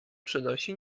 przynosi